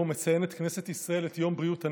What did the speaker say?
שבו מציינת כנסת ישראל את יום בריאות הנפש,